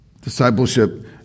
Discipleship